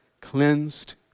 cleansed